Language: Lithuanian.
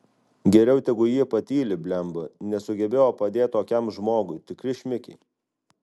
geriau tegu jie patyli blemba nesugebejo padėt tokiam žmogui tikri šmikiai